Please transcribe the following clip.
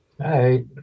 Hi